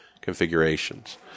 configurations